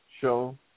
show